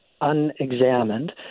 unexamined